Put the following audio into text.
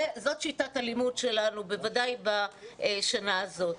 זאת שיטת הלימוד שלנו בוודאי בשנה הזאת.